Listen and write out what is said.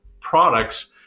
products